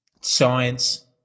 science